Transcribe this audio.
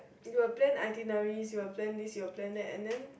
you will plan itinerary you will plan this you will plan that and then